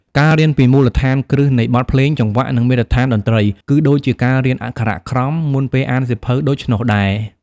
ការរៀនពី មូលដ្ឋានគ្រឹះនៃបទភ្លេង ចង្វាក់ និងមាត្រដ្ឋានតន្ត្រី គឺដូចជាការរៀនអក្ខរក្រមមុនពេលអានសៀវភៅដូច្នោះដែរ។